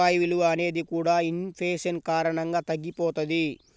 రూపాయి విలువ అనేది కూడా ఇన్ ఫేషన్ కారణంగా తగ్గిపోతది